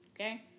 Okay